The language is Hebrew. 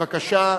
בבקשה.